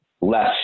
less